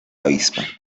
avispa